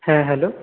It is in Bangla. হ্যাঁ হ্যালো